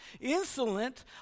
insolent